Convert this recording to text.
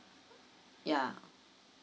yeah